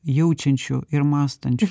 jaučiančių ir mąstančių